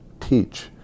teach